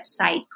website